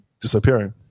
disappearing